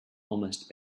almost